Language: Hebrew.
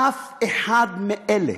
אף אחד מאלה